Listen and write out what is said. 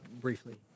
briefly